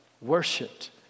Worshipped